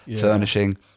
furnishing